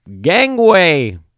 Gangway